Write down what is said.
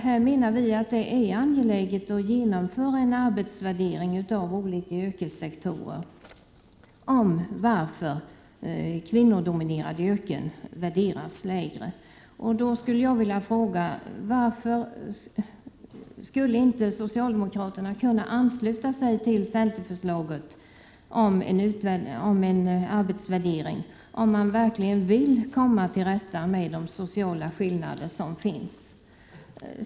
Vi menar att det är angeläget att genomföra en arbetsvärdering av olika yrkessektorer och se på varför kvinnodominerade yrken värderas lägre. Jag vill fråga: Skulle inte socialdemokratena kunna ansluta sig till centerns förslag om en arbetsvärdering — om man nu verkligen vill komma till rätta med de sociala skillnader som finns?